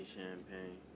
Champagne